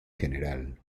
general